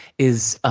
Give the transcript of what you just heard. is, ah